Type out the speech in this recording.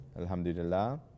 alhamdulillah